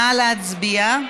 נא להצביע.